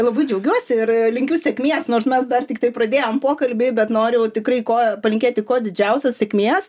labai džiaugiuosi ir linkiu sėkmės nors mes dar tiktai pradėjom pokalbį bet noriu tikrai ko palinkėti kuo didžiausios sėkmės